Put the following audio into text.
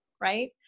right